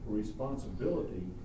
responsibility